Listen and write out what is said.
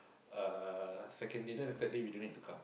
uh second day and then the third day we don't need to come